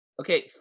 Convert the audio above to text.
Okay